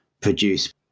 produce